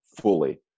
fully